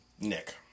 nick